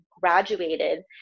graduated